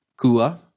Kua